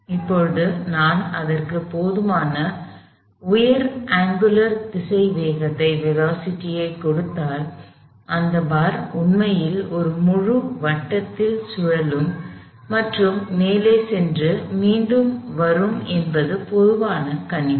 இப்போது நான் அதற்கு போதுமான உயர் அங்குலர் திசைவேகத்தைக் கொடுத்தால் இந்தப் பார் உண்மையில் ஒரு முழு வட்டத்தில் சுழலும் மற்றும் மேலே சென்று மீண்டும் வரும் என்பது பொதுவான கணிப்பு